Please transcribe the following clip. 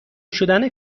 شدن